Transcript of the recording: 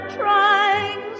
trying